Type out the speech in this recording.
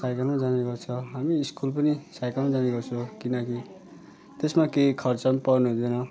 साइकलमै जाने गर्छ हामी स्कुल पनि साइकलमा जाने गर्छ किनकि त्यसमा केही खर्च पनि पर्दैन